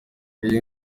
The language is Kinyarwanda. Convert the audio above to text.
iyi